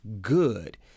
good